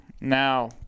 now